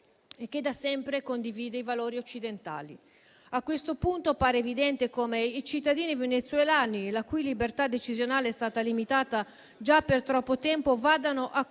che da sempre condivide i valori occidentali. A questo punto pare evidente come i cittadini venezuelani, la cui libertà decisionale è stata limitata già per troppo tempo, vadano